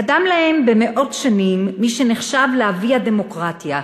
קדם להם במאות שנים מי שנחשב לאבי הדמוקרטיה,